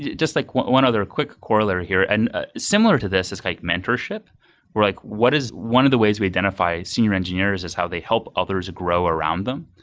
just like what one other quick corollary here, and similar to this is like mentorship, where like what is one of the ways we identify senior engineers is how they help others grow around them.